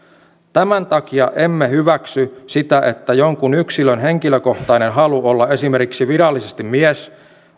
tämän takia emme hyväksy sitä että jonkun yksilön henkilökohtainen halu esimerkiksi olla virallisesti mies